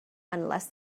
unless